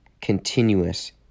continuous